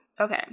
okay